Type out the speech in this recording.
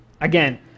Again